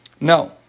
No